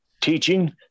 teaching